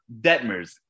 Detmers